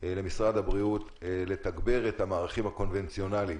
למשרד הבריאות לתגבר את המערכים הקונבנציונליים